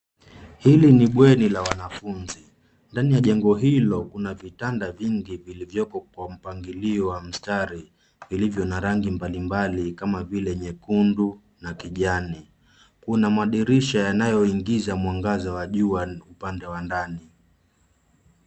Hili ni bweni la wanafunzi. Ndani ya jengo hilo kuna vitanda vingi vilivyoko kwa mpangilio wa mstari vilivyo na rangi mbalimbali kama vile nyekundu na kijani. Kuna madirisha yanayoingiza mwangaza wa jua upande wa ndani.